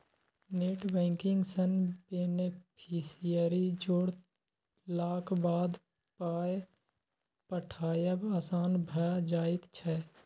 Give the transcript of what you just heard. net banking सँ beneficiary जोड़लाक बाद पाय पठायब आसान भऽ जाइत छै